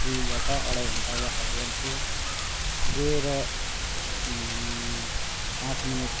दुई घन्टा अढाई घन्टा वर्क आउट गर्छु गएर पाँच मिनट